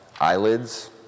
eyelids